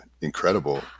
incredible